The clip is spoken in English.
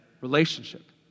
relationship